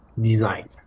design